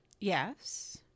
Yes